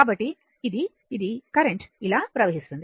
కాబట్టి ఇది ఇది కరెంట్ ఇలా ప్రవహిస్తుంది